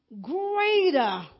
greater